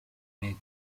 nei